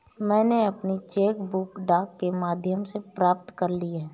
मैनें अपनी cheque book डाक के माध्यम से प्राप्त कर ली है